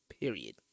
Period